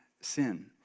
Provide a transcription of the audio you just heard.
sin